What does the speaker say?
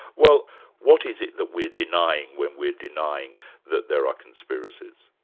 well what is it that we're denying when we're denying that there are conspiracies?